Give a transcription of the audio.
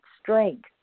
strength